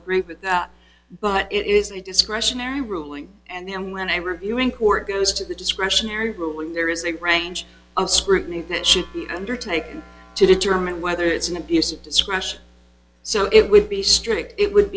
agree with that but it isn't a discretionary ruling and then when i review in court goes to the discretionary room when there is a range of scrutiny that should be undertaken to determine whether it's an abuse of discretion so it would be strict it would